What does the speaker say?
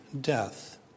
death